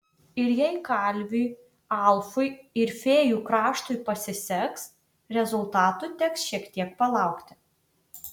ir jei kalviui alfui ir fėjų kraštui pasiseks rezultatų teks šiek tiek palaukti